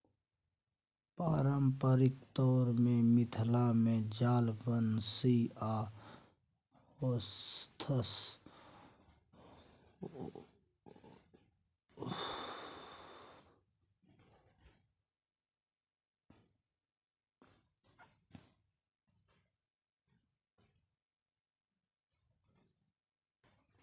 पारंपरिक तौर मे मिथिला मे जाल, बंशी आ सोहथ सँ माछ पकरल जाइ छै